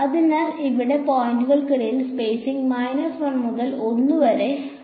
അതിനാൽ ഇവിടെ പോയിന്റുകൾക്കിടയിലുള്ള സ്പെയ്സിംഗ് 1 മുതൽ 1 വരെ 3 പോയിന്റാണ്